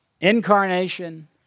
incarnation